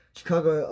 Chicago